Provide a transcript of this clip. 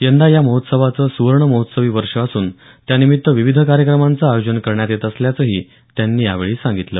यंदा या महोत्सवाचं सुवर्ण महोत्सवी वर्ष असून त्यानिमित्त विविध कार्यक्रमांचं आयोजन करण्यात येत असल्याचंही त्यांनी यावेळी सांगितलं